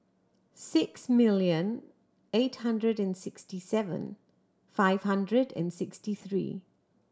six million eight hundred and sixty seven five hundred and sixty three